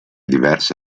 diverse